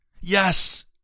yes